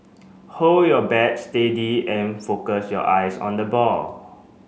hold your bat steady and focus your eyes on the ball